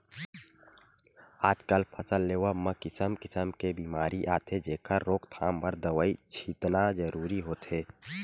आजकल फसल लेवब म किसम किसम के बेमारी आथे जेखर रोकथाम बर दवई छितना जरूरी होथे